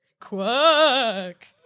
Quack